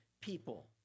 people